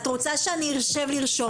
את רוצה שאני אשב לרשום את זה אני ארשום את זה.